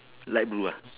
light blue ah